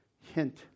Hint